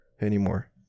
anymore